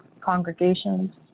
congregations